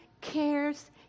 cares